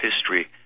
history